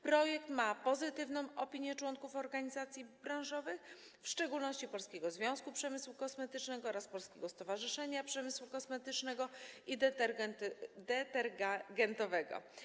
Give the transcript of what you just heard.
Projekt ma pozytywną opinię członków organizacji branżowych, w szczególności Polskiego Związku Przemysłu Kosmetycznego oraz Polskiego Stowarzyszenia Przemysłu Kosmetycznego i Detergentowego.